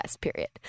period